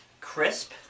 Crisp